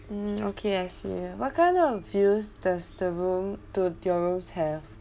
um okay I see what kind of views does the room do your rooms have